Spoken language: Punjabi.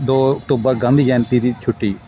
ਦੋ ਅਕਤੂਬਰ ਗਾਂਧੀ ਜੈਯੰਤੀ ਦੀ ਛੁੱਟੀ